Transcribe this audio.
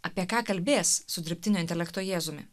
apie ką kalbės su dirbtinio intelekto jėzumi